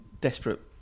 desperate